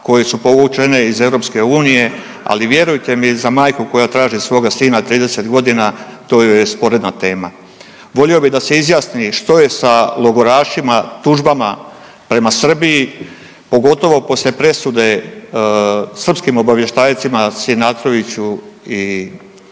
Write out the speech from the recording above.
koje su povučene iz EU, ali vjerujte mi za majku koja traži svoga sina 30 godina to joj je sporedna tema. Volio bih da se izjasni što je sa logorašima, tužbama prema Srbiji pogotovo poslije presude srpskim obavještajcima Sinatroviću i ovog